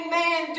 man